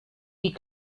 wie